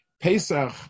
Pesach